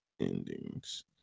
endings